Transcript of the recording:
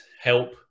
help